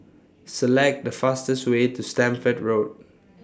Select The fastest Way to Stamford Road